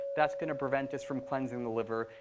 that's going to prevent us from cleansing the liver.